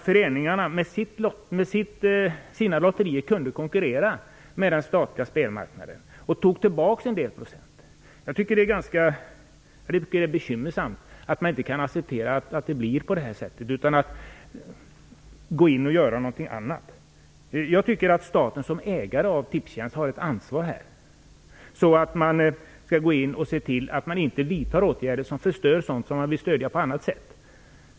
Föreningarna kunde med sina lotterier konkurrera med den statliga spelmarknaden och tog tillbaka en del procent. Jag tycker att det är ganska bekymmersamt att man inte kan acceptera att det blir på det sättet, utan att man går in och gör någonting annat. Staten har här som ägare av Tipstjänst ett ansvar att se till att man inte går in och vidtar åtgärder som förstör sådant som man vill stödja på annat sätt.